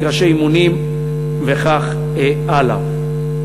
מגרשי אימונים וכך הלאה.